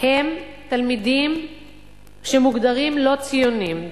הם תלמידים שמוגדרים לא ציונים,